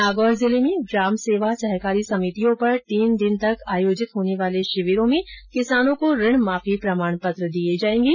नागौर जिले में ग्राम सेवा सहकारी समितियों पर तीन दिन तक आयोजित होने वाले शिविरों में किसानों को ऋण माफी प्रमाणपत्र दिये जायेंगे